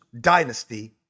dynasty